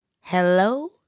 Hello